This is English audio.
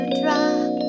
drop